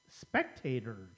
spectators